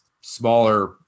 smaller